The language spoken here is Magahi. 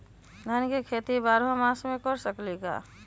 धान के खेती बारहों मास कर सकीले का?